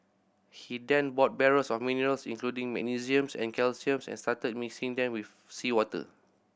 he then bought barrels of minerals including magnesium and calcium and started mixing them with seawater